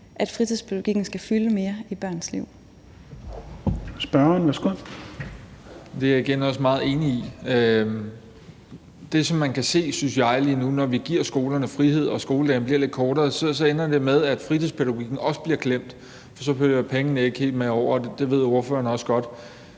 Petersen): Spørgeren. Kl. 10:32 Jacob Mark (SF): Det er jeg igen også meget enig i. Det, som man kan se, synes jeg, nu, når vi giver skolerne frihed og skoledagen bliver lidt kortere, er, at vi ender med, at fritidspædagogikken også bliver glemt, og så følger pengene ikke helt med over, og det ved ordføreren også godt.